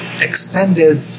extended